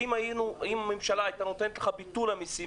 אם הממשלה היתה נותנת לך ביטול מיסים,